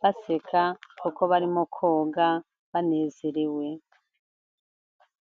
baseka kuko barimo koga banezerewe.